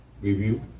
review